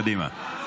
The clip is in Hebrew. קדימה.